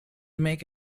make